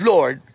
Lord